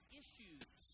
issues